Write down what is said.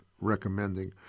recommending